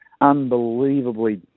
unbelievably